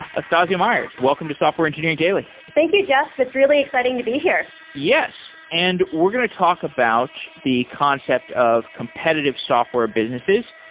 astasia myers, welcome to software engineering daily thank you, jeff. it's really exciting to be here yes! and we're going to talk about the concept of competitive software businesses.